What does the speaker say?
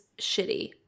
shitty